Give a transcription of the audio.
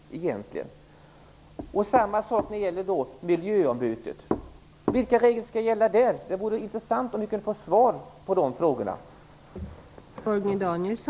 På samma sätt förhåller det sig när det gäller miljöombytet. Vilka regler skall gälla där? Det vore intressant att få svar på de här frågorna.